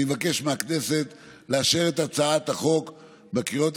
אני מבקש מהכנסת לאשר את הצעת החוק בקריאות